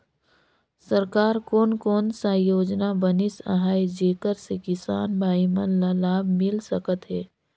सरकार कोन कोन सा योजना बनिस आहाय जेकर से किसान भाई मन ला लाभ मिल सकथ हे?